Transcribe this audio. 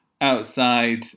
outside